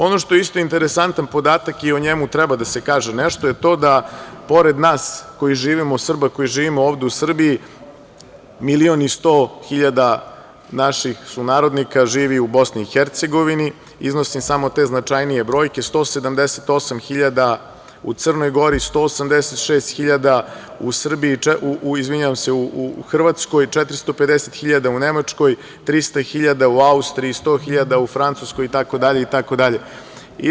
Ono što je isto interesantan podata i o njemu treba da se kaže nešto, je to da pored nas koji živimo, Srba koji živimo ovde u Srbiji milion i sto hiljada naših sunarodnika živi u Bosni i Hercegovini, iznosim samo te značajnije brojke, 178 hiljada u Crnoj Gori, 186 hiljada u Hrvatskoj, 450 hiljada u Nemačkoj, 300 hiljada u Austriji, sto hiljada u Francuskoj i tako dalje.